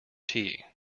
tea